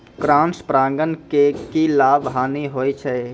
Cross परागण के की लाभ, हानि होय छै?